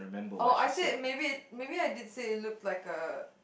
oh I said maybe it maybe I did say it looked like a